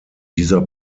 dieser